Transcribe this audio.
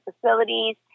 facilities